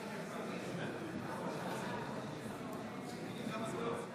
חברי הכנסת, תוצאות ההצבעה על הצעת חוק-יסוד: